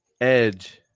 Edge